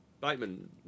Bateman